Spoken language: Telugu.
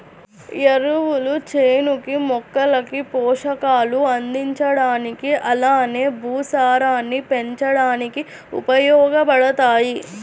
ఎరువులు చేనుకి, మొక్కలకి పోషకాలు అందించడానికి అలానే భూసారాన్ని పెంచడానికి ఉపయోగబడతాయి